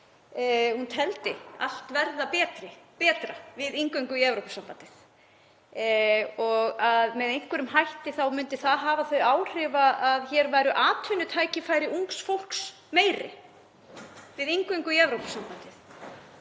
hún teldi allt verða betra við inngöngu í Evrópusambandið og að með einhverjum hætti þá myndi það hafa þau áhrif að hér væru atvinnutækifæri ungs fólks meiri, við inngöngu í Evrópusambandið.